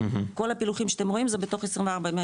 כל הפילוחים שאתם רואים זה בתוך ה-24,160.